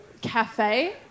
cafe